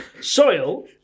Soil